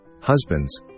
Husbands